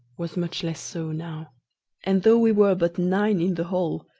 was much less so now and, though we were but nine in the whole,